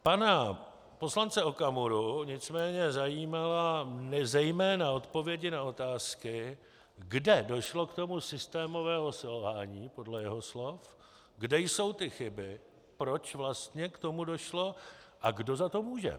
Pana poslance Okamuru nicméně zajímaly zejména odpovědi na otázky, kde došlo k tomu systémovému selhání, podle jeho slov, kde jsou ty chyby, proč vlastně k tomu došlo, a kdo za to může.